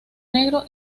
negro